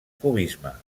cubisme